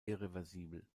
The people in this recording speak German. irreversibel